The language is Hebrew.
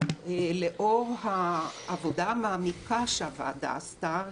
לאור העבודה המעמיקה שהוועדה עשתה,